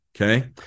Okay